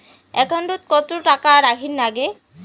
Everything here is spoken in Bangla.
একাউন্টত কত টাকা রাখীর নাগে?